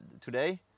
today